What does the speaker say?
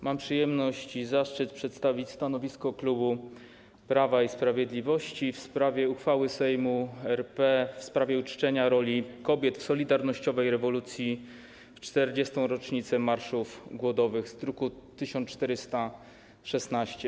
Mam przyjemność i zaszczyt przedstawić stanowisko klubu Prawa i Sprawiedliwości w sprawie uchwały Sejmu RP w sprawie uczczenia roli kobiet w solidarnościowej rewolucji w 40. rocznicę marszów głodowych, druk nr 1416.